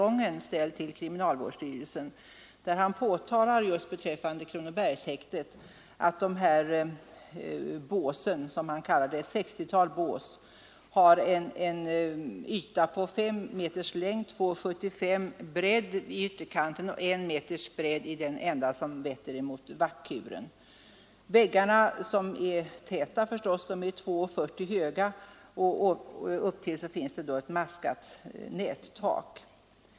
I den skrivelsen, som är ställd till kriminalvårdsstyrelsen, påtalas just att Kronobergshäktets 60-tal bås, som han kallar dem, har en yta på 5 m längd och 2,65 m bredd i ytterkant samt 1 m bredd i den ände som vetter mot vaktkuren. Väggarna — som är täta förstås — är 2,40 höga, och upptill finns det ett maskat nättak.